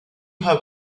have